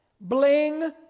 bling